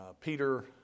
Peter